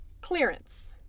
Clearance